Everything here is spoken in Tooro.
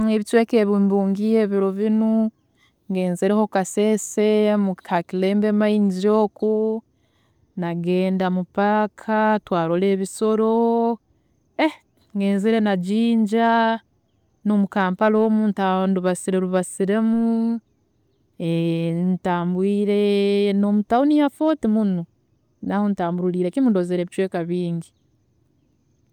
﻿Ebicweeka ebimbungiire biro binu ngenzireho Kaseese ha kilembe mines oku, nagenda mu paaka twarola ebisolo, ngenzire na Jinja, nomu kampala omu ndubasire rubasiremu, ntambwiire nomu town ya Fort munu, naho ntambuliiremu kimu ndozire ebicweeka bingi